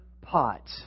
pot